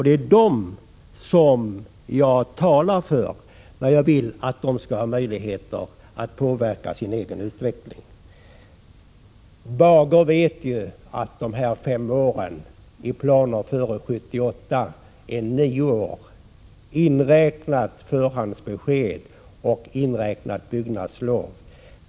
Det är dem som jag talar för och vill ge möjlighet att påverka sin egen miljö. Erling Bager vet att det som skulle vara fem år när det gäller planer före 1978 är nio år, inräknat förhandsbesked och byggnadslov.